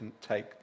take